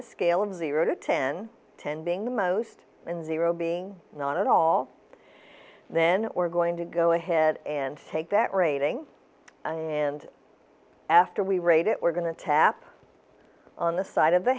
a scale of zero to ten ten being the most in the row being not at all then we're going to go ahead and take that rating and after we rate it we're going to tap on the side of the